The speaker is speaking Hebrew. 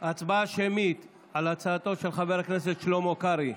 הצבעה שמית על הצעתו של חבר הכנסת שלמה קרעי.